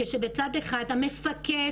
כשבצד אחד המפקד